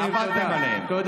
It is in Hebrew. וכשהתקציב יעבור, אבל